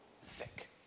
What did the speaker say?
sick